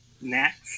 next